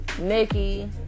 Nikki